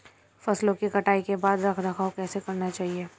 फसलों की कटाई के बाद रख रखाव कैसे करना चाहिये?